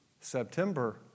September